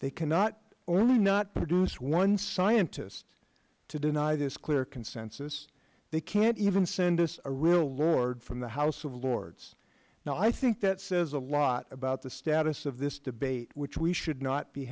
they cannot only not produce one scientist to deny this clear consensus they can't even send us a real lord from the house of lords now i think that says a lot about the status of this debate which we should not be